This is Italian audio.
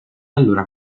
allora